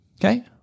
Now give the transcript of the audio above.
okay